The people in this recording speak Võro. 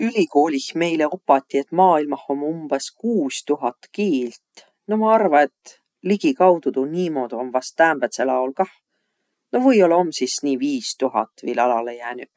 Ülikoolih meile opati, et maailmah om umbõs kuus tuhat kiilt. Ma arva, et ligikaudu tuu niimoodu om vast täämbädsel aol kah. No või-ollaq om sis nii viis tuhat viil alalõ jäänüq.